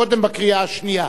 קודם הקריאה השנייה.